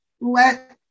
let